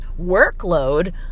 workload